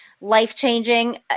life-changing